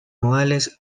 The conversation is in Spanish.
modales